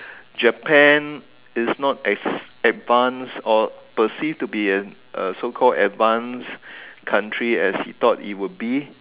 Japan is not as advance or perceive to be an a so called advance country as he thought it would be